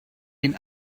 den